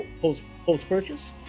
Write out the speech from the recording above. post-purchase